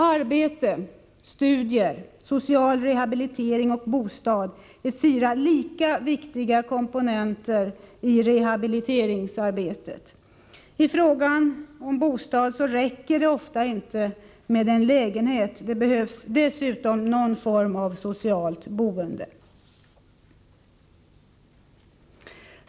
Arbete, studier, social rehabilitering och bostad är fyra lika viktiga komponenter i rehabiliteringsarbetet. I fråga om bostad räcker det ofta inte med en lägenhet — det behövs dessutom någon form av ”socialt boende”.